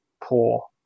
poor